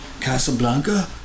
Casablanca